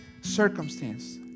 circumstance